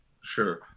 Sure